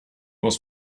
was